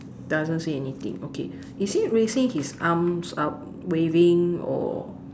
doesn't say anything okay is he raising his arms up waving or